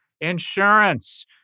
insurance